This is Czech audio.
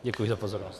Děkuji za pozornost.